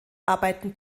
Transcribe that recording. arbeiten